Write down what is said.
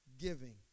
Giving